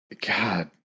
God